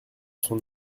son